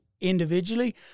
individually